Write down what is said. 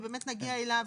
שעוד נגיע אליו,